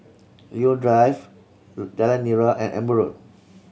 Leo Drive Jalan Nira and Amber Road